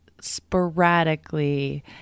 sporadically